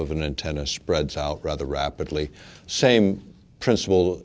of an antenna spreads out rather rapidly same principle